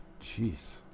Jeez